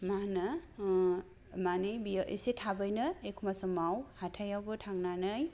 माहोनो मानि बियो एसे थाबैनो एखमबा समाव हाथाइआवबो थांनानै